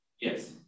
Yes